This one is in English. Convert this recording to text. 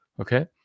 Okay